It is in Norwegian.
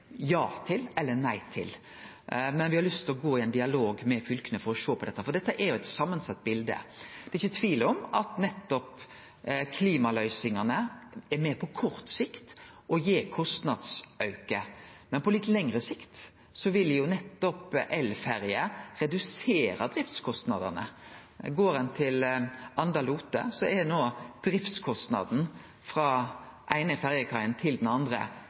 eller nei til. Men me har lyst til å gå i ein dialog med fylka for å sjå på dette. Dette er jo eit samansett bilde. Det er ikkje tvil om at klimaløysingane på kort sikt er med på å gi ein kostnadsauke. Men på litt lengre sikt vil nettopp elferjer redusere driftskostnadene. Går ein til sambandet Anda–Lote, er no driftskostnaden frå den eine ferjekaien til den andre